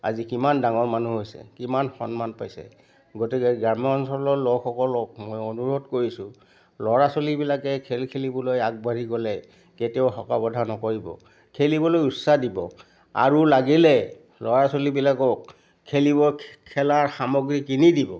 আজি কিমান ডাঙৰ মানুহ হৈছে কিমান সন্মান পাইছে গতিকে গ্ৰাম্যঞ্চলৰ লোকসকলক মানে আনুৰোধ কৰিছোঁ ল'ৰা ছোৱালীবিলাকে খেল খেলিবলৈ আগবাঢ়ি গ'লে কেতিয়াও হকা বাধা নকৰিব খেলিবলৈ উছাহ দিব আৰু লাগিলে ল'ৰা ছোৱালীবিলাকক খেলিব খেলাৰ সামগ্ৰী কিনি দিব